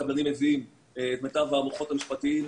הקבלנים מביאים את מיטב המוחות המשפטיים,